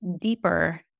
deeper